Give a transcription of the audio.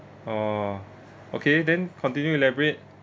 ah okay then continue elaborate